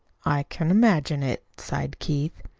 i can imagine it, sighed keith.